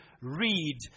read